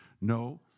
No